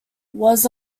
was